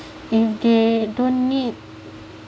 if they don't need